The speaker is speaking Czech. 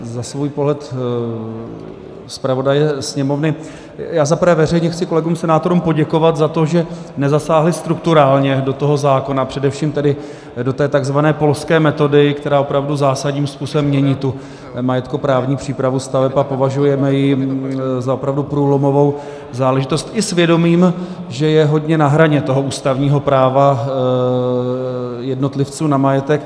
Já stručně za svůj pohled zpravodaje Sněmovny, za prvé veřejně chci kolegům senátorům poděkovat za to, že nezasáhli strukturálně do toho zákona, především do té tzv. polské metody, která opravdu zásadním způsobem mění majetkoprávní přípravu staveb, a považujeme ji za opravdu průlomovou záležitost i s vědomím, že je hodně na hraně ústavního práva jednotlivců na majetek.